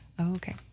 Okay